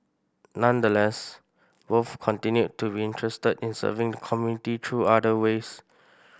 nonetheless both continue to be interested in serving the community through other ways